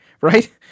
right